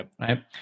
right